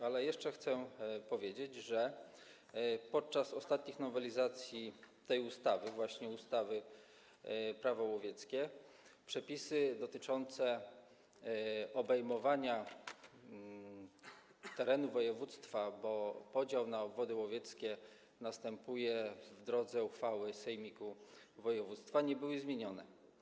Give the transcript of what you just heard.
Ale jeszcze chcę powiedzieć, że podczas ostatnich nowelizacji tej ustawy, ustawy Prawo łowieckie, przepisy dotyczące obejmowania ich zasięgiem terenu województwa, bo podział na obwody łowieckie następuje w drodze uchwały sejmiku województwa, nie były zmienione.